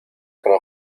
como